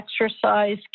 exercise